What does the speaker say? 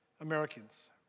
Americans